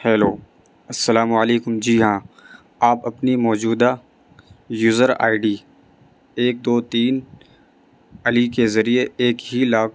hello السلام علیکم جی ہاں آپ اپنی موجودہ یوزر آئی ڈی ایک دو تین علی کے ذریعے ایک ہی لاکھ